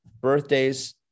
birthdays